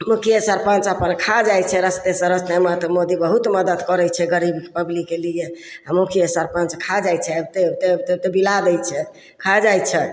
मुखिये सरपञ्च अपन खा जाइ छै रस्तेसँ रस्तेमे तऽ मोदी बहुत मदति करय छै गरीब पब्लिकके लिए आओर मुखिये सरपञ्च खा जाइ छै आबिते आबिते आबिते आबिते बिला दै छै खा जाइ छै